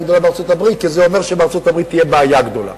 כי זה אומר שבארצות-הברית תהיה בעיה גדולה.